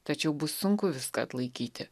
tačiau bus sunku viską atlaikyti